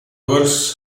works